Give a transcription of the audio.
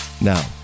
Now